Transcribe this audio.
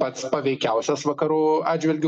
pats paveikiausias vakarų atžvilgiu